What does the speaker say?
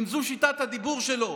אם זו שיטת הדיבור שלו,